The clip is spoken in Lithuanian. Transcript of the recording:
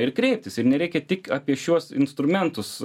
ir kreiptis ir nereikia tik apie šiuos instrumentus